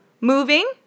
moving